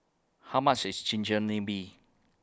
How much IS Chigenabe